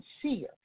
sincere